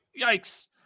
Yikes